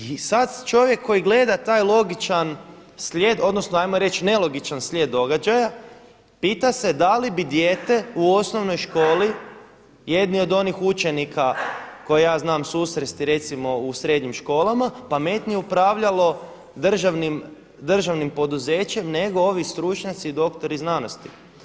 I sad čovjek koji gleda taj logičan slijed, odnosno hajmo reći nelogičan slijed događaja pita se da li bi dijete u osnovnoj školi, jedni od onih učenika koje ja znam susresti recimo u srednjim školama pametnije upravljalo državnim poduzećem, nego ovi stručnjaci i doktori znanosti.